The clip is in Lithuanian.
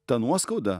ta nuoskauda